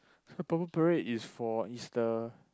purple parade is for is the